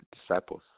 disciples